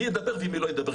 מי ידבר ומי לא ידבר.